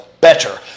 better